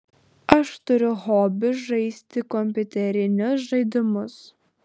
aš turiu hobį žaisti kompiuterinius žaidimus